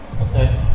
Okay